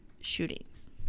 shootings